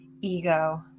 ego